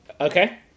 Okay